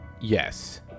Yes